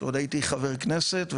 כשעוד הייתי חבר כנסת,